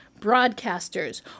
broadcasters